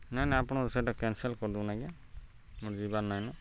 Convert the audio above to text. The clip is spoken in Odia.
ନାଇଁ ନାଇଁ ଆପଣଙ୍କୁ ସେଟା କ୍ୟାନ୍ସଲ୍ କରିଦଉନ୍ ଆଜ୍ଞା ମୋର୍ ଯିବାର୍ ନାଇଁନ